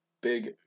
big